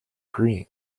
green